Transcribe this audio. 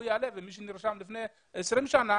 ומי שנרשם לפיי 20 שנים,